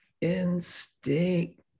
instinct